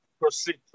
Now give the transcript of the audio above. proceed